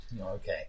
Okay